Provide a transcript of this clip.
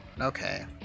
Okay